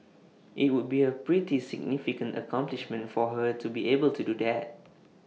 IT would be A pretty significant accomplishment for her to be able to do that